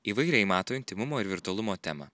įvairiai mato intymumo ir virtualumo temą